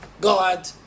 God